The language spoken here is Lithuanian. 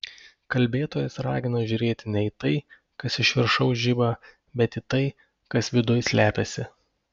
kalbėtojas ragina žiūrėti ne į tai kas iš viršaus žiba bet į tai kas viduj slepiasi